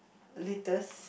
latest